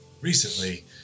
recently